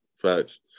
Facts